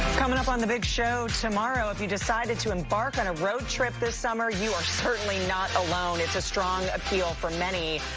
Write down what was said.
coming up on the big show tomorrow, if you decided to embark on a road trip this summer, you are certainly not alone. it's a strong appeal for many.